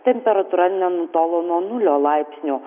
temperatūra nenutolo nuo nulio laipsnio